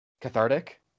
cathartic